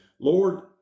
Lord